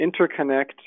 interconnect